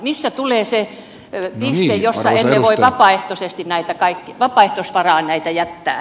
missä tulee se piste jossa emme voi vapaaehtoisvaraan näitä jättää